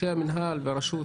המינהל והרשות,